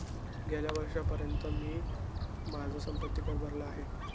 गेल्या वर्षीपर्यंत मी माझा संपत्ति कर भरला आहे